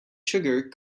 sugar